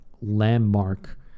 landmark